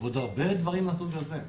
יש עוד הרבה דברים מהסוג הזה.